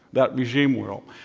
that regime will.